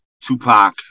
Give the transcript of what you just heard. Tupac